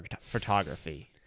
photography